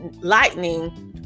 Lightning